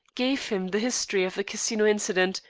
gave him the history of the casino incident,